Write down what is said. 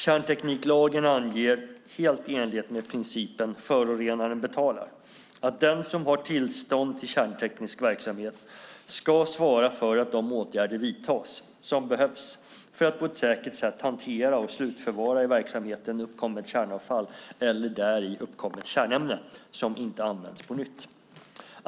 Kärntekniklagen anger, helt i enlighet med principen "förorenaren betalar", att den som har tillstånd till kärnteknisk verksamhet ska svara för att de åtgärder vidtas som behövs för att på ett säkert sätt hantera och slutförvara i verksamheten uppkommet kärnavfall eller däri uppkommet kärnämne som inte används på nytt.